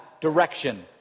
direction